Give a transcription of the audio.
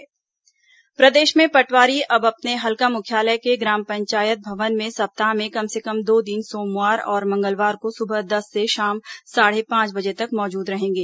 पटवारी हल्का मुख्यालय प्रदेश में पटवारी अब अपने हल्का मुख्यालय के ग्राम पंचायत भवन में सप्ताह में कम से कम दो दिन सोमवार और मंगलवार को सुबह दस से शाम साढ़े पांच बजे तक मौजूद रहेंगे